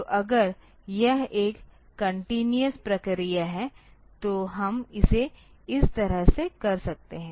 तो अगर यह एक कंटीन्यूअस प्रक्रिया है तो हम इसे इस तरह से कर सकते हैं